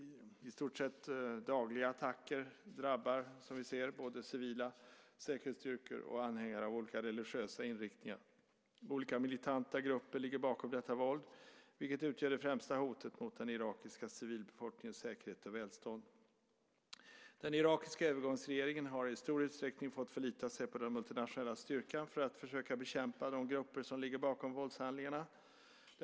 I stort sett dagliga attacker drabbar, som vi ser, både civila, säkerhetsstyrkor och anhängare av olika religiösa inriktningar. Olika militanta grupper ligger bakom detta våld, vilket utgör det främsta hotet mot den irakiska civilbefolkningens säkerhet och välstånd. Den irakiska övergångsregeringen har i stor utsträckning fått förlita sig på den multinationella styrkan för att försöka bekämpa de grupper som ligger bakom våldshandlingarna.